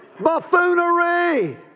buffoonery